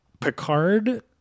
Picard